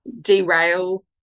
derail